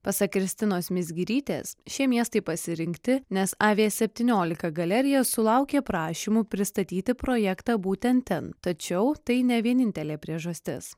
pasak kristinos mizgirytės šie miestai pasirinkti nes a vė septyniolika galerija sulaukė prašymų pristatyti projektą būtent ten tačiau tai ne vienintelė priežastis